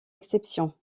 exception